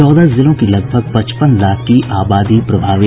चौदह जिलों की लगभग पचपन लाख की आबादी प्रभावित